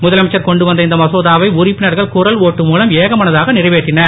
முதலமைச்சர் கொண்டு வந்த இந்த மசோதாவை உறுப்பினர்கள் குரல் ஓட்டு மூலம் ஏகமனதாக நிறைவேற்றினர்